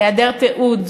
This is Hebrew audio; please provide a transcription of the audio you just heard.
היעדר תיעוד,